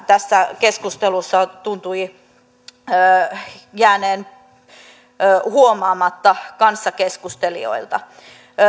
tässä keskustelussa tuntui jääneen huomaamatta kanssakeskustelijoilta